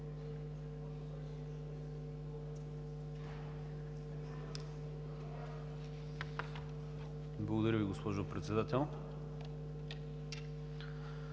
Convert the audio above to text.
Благодаря Ви, госпожо Председател.